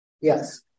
Yes